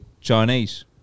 Chinese